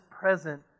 present